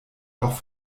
auch